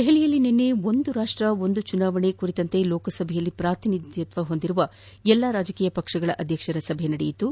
ದೆಹಲಿಯಲ್ಲಿ ನಿನ್ನೆ ಒಂದು ರಾಷ್ಟ ಒಂದು ಚುನಾವಣೆ ಕುರಿತಂತೆ ಲೋಕಸಭೆಯಲ್ಲಿ ಪ್ರಾತಿನಿಧಿತ್ವ ಹೊಂದಿರುವ ಎಲ್ಲ ರಾಜಕೀಯ ಪಕ್ಷಗಳ ಅಧ್ಯಕ್ಷರ ಸಭೆ ನಡೆಯಿತು